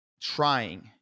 trying